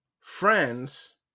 friends